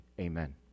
amen